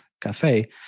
cafe